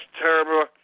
terrible